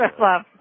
love